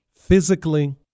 physically